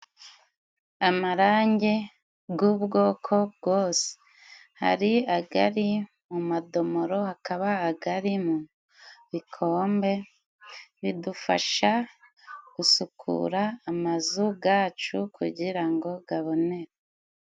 Amarangi g'ubwoko bwose. Hari agari mu madomoro hakaba agari mu bikombe, bidufasha gusukura amazu gacu kugira ngo gabonere.